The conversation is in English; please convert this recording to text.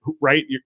right